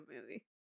movie